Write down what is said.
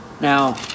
now